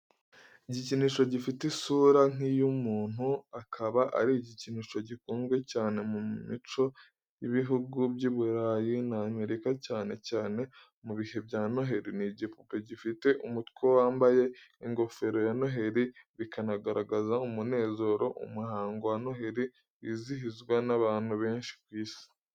Igikinisho gifite isura nk'iy'umuntu, akaba ari igikinisho gikunzwe cyane mu mico y’ibihugu by’i Burayi n’Amerika cyane cyane mu bihe bya noheri. ni igipupe gifite umutwe wambaye ingofero ya noheri, bikanagaragaza umunezero, umuhango wa noheri wizihizwa n'abantu benshi kw'isi.